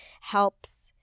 helps